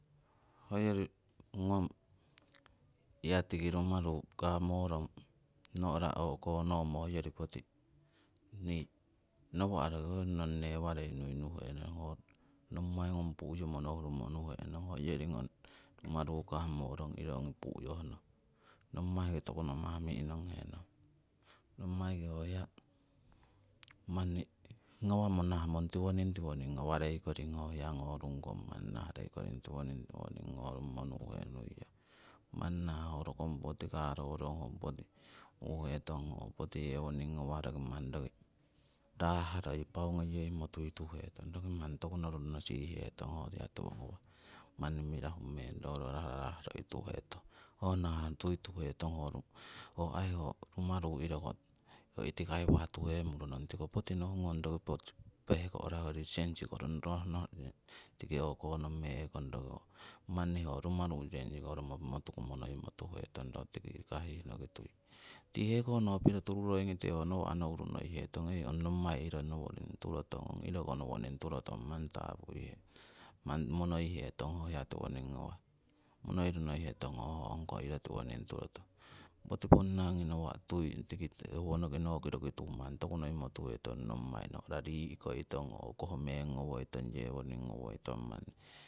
Hoyori ngong hiya tiki rumaru kamorong no'ra o'komo hoyori poti nii nawa' roki hoyori nong newarei nuinuhenong, nommai ngung pu'yomo nohurumo nunehong hoyori ngong rumaru kamorong iro ongi pu'yohnong, nommaiki toku namah mi'nonghenong. Nommaiki ho hiya manni ngawamo nahamong tiwoning tiwoning ngawarei koring ho hiya ngorungkong manni naharei koring tiwoning tiwoning ngorummo nu'henuiyong. Manni nahah ho rokong poti karorong, ho rokong poti puhetong, ho poti yewoning ngawah roki manni roki rahroi pau ngeyeimo tuituhetong, roki manni toku noruno sihihetong ho hiya tiwo ngawah, manni mirahu meng ro raarah roi tuhetong. Ho nahah tuituhetong ho aii ho rumaru iroko ho itikaiwah tuhemuro nurong, tiko poti nohungong roki poti pehko'rakori sensikorokon nohno o'konome'kong, manni hoko rumaru sensikoromo tuku monoimo tuhetong ro tiki kahihnoki tui. Tii heko no piro tururoingite nawa' ho nouru nohitetong hei ong nommai iro nowoning turotong iroko nowoning turotong manni tapui'he, manni monoihetong ho hiya tiwoning ngawah. Monoiro nohihetong ooh ongko iro tiwoning turong, poti ponna ngi nawa' tui tiki howonoki noki roki tu' manni nohihetong ong nommai no'ra yii rii'koitong oo koh meng ngowoitong oo yewoning ngowoitong manni.